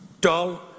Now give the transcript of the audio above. dull